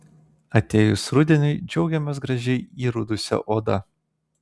atėjus rudeniui džiaugiamės gražiai įrudusia oda